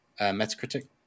Metacritic